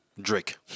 Drake